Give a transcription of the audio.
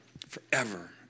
Forever